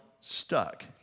stuck